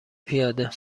پیاده